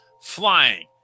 flying